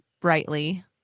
brightly